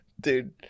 Dude